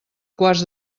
quarts